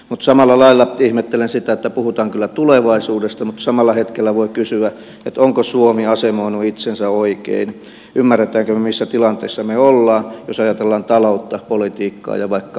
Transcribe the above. mutta samalla lailla ihmettelen sitä että puhutaan kyllä tulevaisuudesta mutta samalla hetkellä voi kysyä onko suomi asemoinut itsensä oikein ymmärrämmekö me missä tilanteessa me olemme jos ajatellaan taloutta politiikkaa ja vaikka maantiedettä